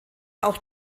auch